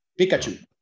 Pikachu